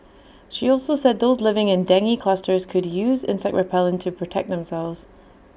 she also said those living in dengue clusters could use insect repellent to protect themselves